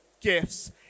gifts